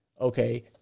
okay